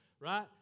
Right